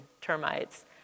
termites